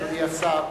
אדוני השר,